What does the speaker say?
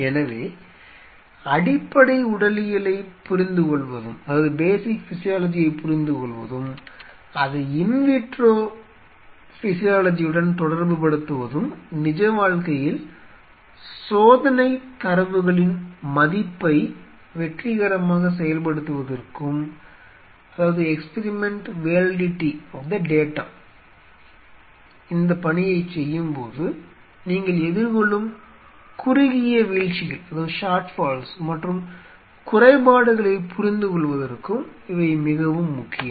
எனவே அடிப்படை உடலியலைப் புரிந்துகொள்வதும் அதை இன் விட்ரோ உடலியலுடன் தொடர்புபடுத்துவதும் நிஜ வாழ்க்கையில் சோதனைத்தரவுகளின் மதிப்பை வெற்றிகரமாகச் செயல்படுத்துவதற்கும் இந்தப் பணியைச் செய்யும்போது நீங்கள் எதிர்கொள்ளும் குறுகிய வீழ்ச்சிகள் மற்றும் குறைபாடுகளைப் புரிந்துகொள்வதற்கும் மிகவும் முக்கியம்